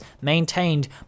maintained